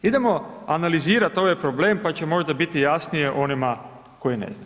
Idemo analizirati ovaj problem, pa će možda biti jasnije onima koji ne znaju.